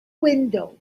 window